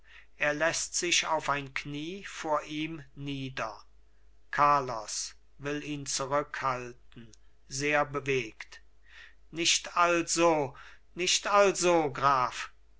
er läßt sich auf ein knie vor ihm nieder carlos will ihn zurückhalten sehr bewegt nicht also nicht also graf